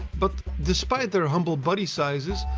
but despite their humble body sizes,